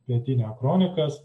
pietinia kronikas